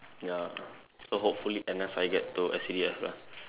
ya so hopefully N_S I get to S_C_D_F lah